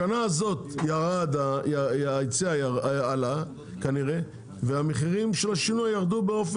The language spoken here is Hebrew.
השנה הזאת ההיצע עלה כנראה והמחירים של השינוע ירדו,